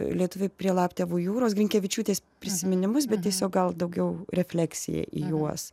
lietuviai prie laptevų jūros grinkevičiūtės prisiminimus bet tiesiog gal daugiau refleksija į juos